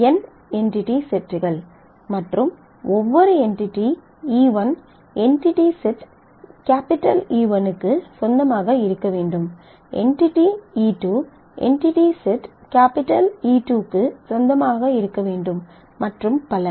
n entity செட்கள் மற்றும் ஒவ்வொரு entity e 1 entity set E1 க்கு சொந்தமாக இருக்க வேண்டும் entity e2 entity set E2 க்கு சொந்தமாக இருக்க வேண்டும் மற்றும் பல